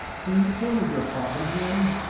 can you tell me your father's name?